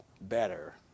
better